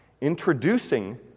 Introducing